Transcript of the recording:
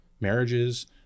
marriages